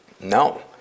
No